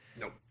Nope